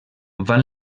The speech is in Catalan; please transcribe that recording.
van